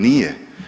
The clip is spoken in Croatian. Nije.